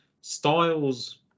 Styles